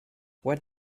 what